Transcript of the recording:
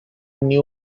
new